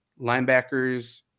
linebackers